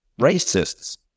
racists